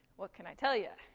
what can i tell you?